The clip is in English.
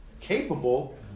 capable